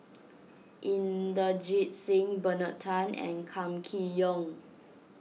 Inderjit Singh Bernard Tan and Kam Kee Yong